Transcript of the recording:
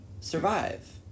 survive